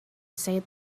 said